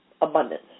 abundance